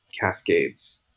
cascades